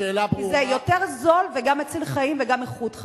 כי זה יותר זול וגם מציל חיים וגם, איכות חיים.